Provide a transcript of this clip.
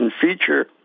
feature